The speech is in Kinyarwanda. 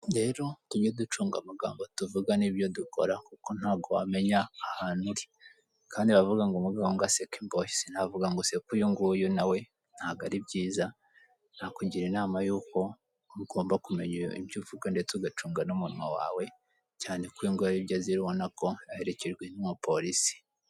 Rero tujye ducunga amagambo tuvuga n'ibyo dukora kuko ntago wamenya ahantu uri, kandi baravuga ngo umugabo mbwa aseka imbohe, sinavuga ngo nseke uyunguyu nawe ntago ari byiza. Nakugira inama y'uko ugomba kumenya ibyo uvuga ndetse ugacunga n'umunwa wawe, cyane k'uyunguyu aribyo azira ubona ko harikirimo polisi.